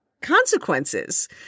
consequences